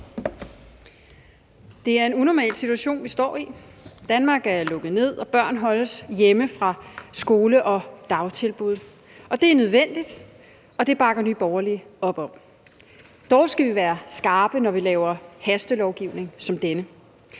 Det er en unormal situation, vi står i. Danmark er lukket ned, og børn holdes hjemme fra skole og dagtilbud. Det er nødvendigt, og det bakker Nye Borgerlige op om. Dog skal vi være skarpe, når vi laver hastelovgivning som denne.